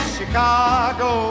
Chicago